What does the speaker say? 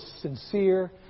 sincere